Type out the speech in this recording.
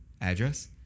address